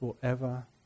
forever